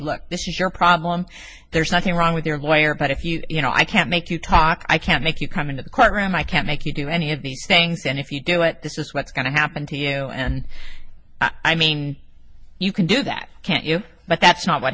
look this is your problem there's nothing wrong with your lawyer but if you you know i can't make you talk i can't make you come into the courtroom i can't make you do any of these things and if you do it this is what's going to happen to you and i mean you can do that can't you but that's not what